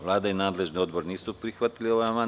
Vlada i nadležni odbor nisu prihvatili ovaj amandman.